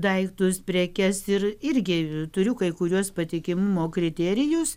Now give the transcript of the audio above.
daiktus prekes ir irgi turiu kai kuriuos patikimumo kriterijus